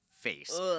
face